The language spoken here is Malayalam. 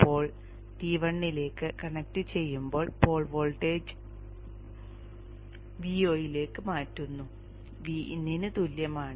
പോൾ T1 ലേക്ക് കണക്റ്റ് ചെയ്യുമ്പോൾ പോൾ വോൾട്ടേജ് Vo യിലേക്ക് മാറ്റുന്ന Vin ന് തുല്യമാണ്